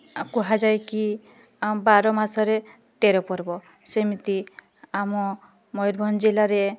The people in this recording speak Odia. ଆ କୁହାଯାଏ କି ଆମ ବାରମାସରେ ତେରପର୍ବ ସେମିତି ଆମ ମୟୁରଭଞ୍ଜ ଜିଲ୍ଲାରେ